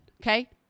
Okay